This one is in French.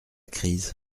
crise